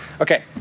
okay